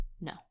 no